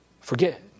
forget